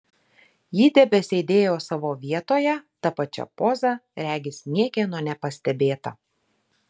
ji tebesėdėjo savo vietoje ta pačia poza regis niekieno nepastebėta